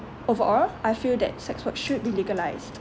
overall I feel that sex work should be legalised